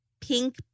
pink